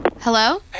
Hello